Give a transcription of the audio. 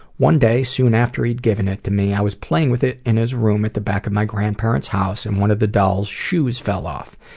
one day, soon after he'd given it to me, i was playing with it in his room at the back of my grandparents' house. and one of the doll's shoes fell off.